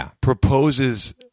proposes